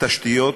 תשתיות,